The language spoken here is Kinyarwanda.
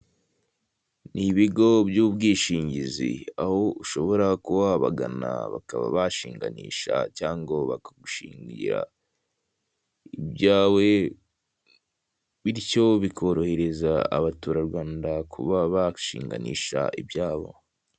Ni ibigo by'ubwishingizi, aho ushobora kuba wabagana bakaba bashinganisha cyangwa bakagushingira ibyawe, byityo bikorohereza abaturarwanda kuba bashinganisha ibyabo.